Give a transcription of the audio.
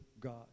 god